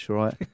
right